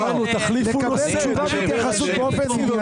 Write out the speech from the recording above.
ולקבל תשובה והתייחסות באופן ענייני.